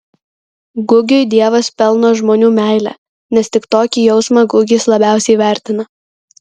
gugiui dievas pelno žmonių meilę nes tik tokį jausmą gugis labiausiai vertina